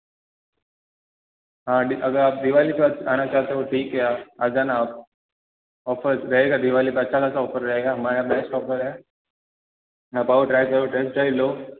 हाँ अगर आप दिवाली पे आना चाहते हो ठीक है आप आ जाना आप ऑफ़र्स रहेगा दिवाली पे अच्छा खासा ऑफ़र रहेगा हमारे यहाँ बेस्ट ऑफ़र है आप आओ ट्राइ करो टेस्ट ड्राइव लो